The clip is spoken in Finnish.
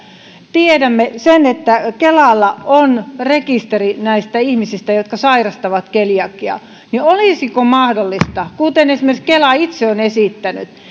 tiedämme sen että kelalla on rekisteri näistä ihmisistä jotka sairastavat keliakiaa niin olisiko mahdollista kuten esimerkiksi kela itse on esittänyt